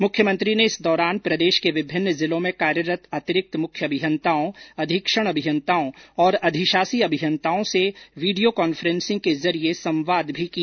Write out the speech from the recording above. मुख्यमंत्री ने इस दौरान प्रदेश के विभिन्न जिलों में कार्यरत अतिरिक्त मुख्य अभियंताओं अधीक्षण अभियंताओं और अधिशासी अभियंताओं से वीडियो कॉन्फ्रेंसिंग के जरिए संवाद भी किया